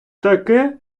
таке